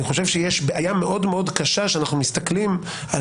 יש בעיה מאוד קשה שאנחנו מסתכלים על